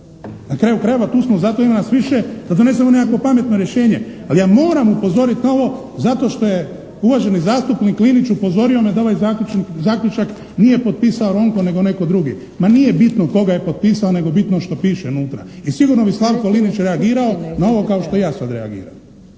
Na kraju krajeva tu smo zato, ima nas više da donesemo nekakvo pametno rješenje, ali ja moram upozoriti na ovo zato što je uvaženi zastupnik Linić, upozorio me da ovaj zaključak nije potpisao Ronko nego netko drugi. Ma nije bitno tko ga je potpisao nego je bitno što piše unutra i sigurno bi Slavko Linić reagirao na ovo kao što ja sada reagiram.